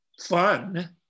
fun